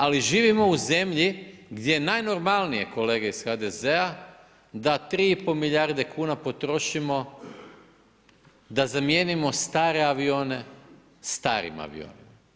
Ali živimo u zemlji gdje najnormalnije kolege iz HDZ-a da 3,5 milijarde kuna potrošimo da zamijenimo stare avione starim avionima.